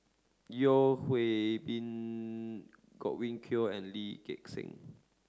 Yeo Hwee Bin Godwin Koay and Lee Gek Seng